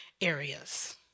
areas